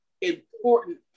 important